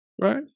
right